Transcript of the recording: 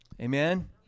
amen